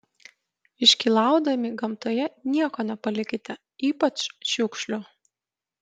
iškylaudami gamtoje nieko nepalikite ypač šiukšlių